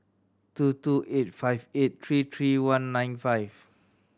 two two eight five eight three three one nine five